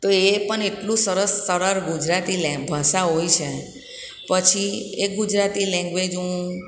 તો એ પન એટલું સરસ સરળ ગુજરાતી ભાષાઓ હોય છે પછી એ ગુજરાતી લેંગ્વેજ હું